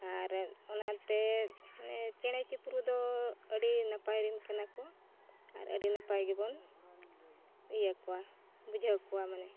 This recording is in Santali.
ᱟᱨ ᱚᱱᱟᱛᱮ ᱪᱮᱬᱮᱼᱪᱤᱯᱨᱩ ᱫᱚ ᱟᱹᱰᱤ ᱱᱟᱯᱟᱭ ᱨᱮᱱ ᱠᱟᱱᱟ ᱠᱚ ᱟᱨ ᱟᱹᱰᱤ ᱱᱟᱯᱟᱭ ᱜᱮᱵᱚᱱ ᱤᱭᱟᱹ ᱠᱚᱣᱟ ᱵᱩᱡᱷᱟᱹᱣ ᱠᱚᱣᱟ ᱢᱟᱱᱮ